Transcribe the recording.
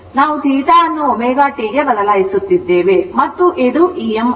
ನಾವು θ ಅನ್ನು ω t ಗೆ ಬದಲಾಯಿಸುತ್ತಿದ್ದೇವೆ ಮತ್ತು ಇದು Em ಆಗಿದೆ